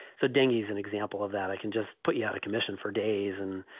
so dengue is an example of that. i can just put you out of commission for days and,